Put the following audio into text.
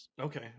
Okay